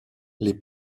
les